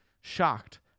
Shocked